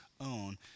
own